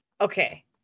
Okay